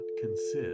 consist